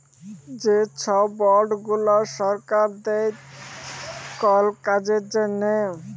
যে ছব বল্ড গুলা সরকার দেই কল কাজের জ্যনহে